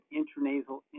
intranasal